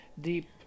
deep